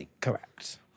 Correct